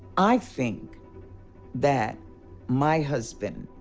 i think that my husband.